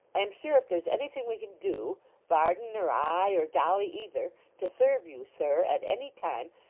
am sure if there's anything we can do varden, or i, or dolly either to serve you, sir, at any time,